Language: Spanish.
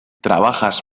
trabajas